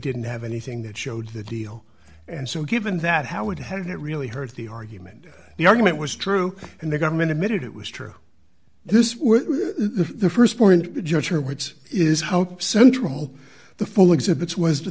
didn't have anything that showed the deal and so given that how it hadn't really heard the argument the argument was true and the government admitted it was true this were the st point the judge here which is how central the full exhibits was to